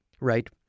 right